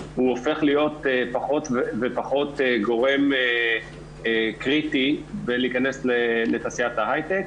הוא הופך להיות פחות ופחות גורם קריטי בלהכנס לתעשיית ההייטק.